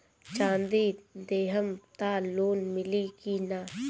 चाँदी देहम त लोन मिली की ना?